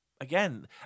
Again